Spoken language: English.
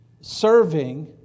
serving